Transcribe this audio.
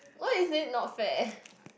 why is it not fair